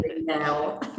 now